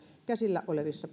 ja kulttuuriministeriötä ja